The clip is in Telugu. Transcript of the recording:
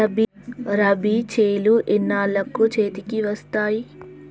రబీ చేలు ఎన్నాళ్ళకు చేతికి వస్తాయి?